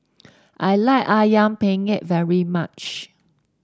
I like ayam penyet very much